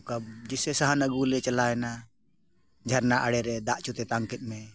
ᱱᱚᱝᱠᱟ ᱡᱮᱭᱥᱮ ᱥᱟᱦᱟᱱ ᱟᱹᱜᱩ ᱞᱮ ᱪᱟᱞᱟᱣ ᱮᱱᱟ ᱡᱷᱟᱨᱱᱟ ᱟᱲᱮ ᱨᱮ ᱫᱟᱜ ᱪᱚ ᱛᱮᱛᱟᱝ ᱠᱮᱫ ᱢᱮ